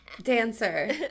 Dancer